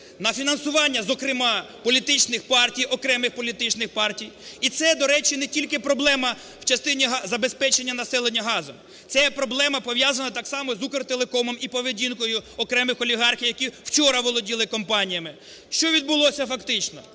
на фінансування зокрема політичних партій, окремих політичних партій. І це, до речі, не тільки проблема в частині забезпечення населення газом. Це є проблема, пов'язана так само з "Укртелекомом" і поведінкою окремих олігархів, які вчора володіли компаніями. Що відбулося фактично?